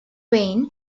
reign